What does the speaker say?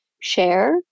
share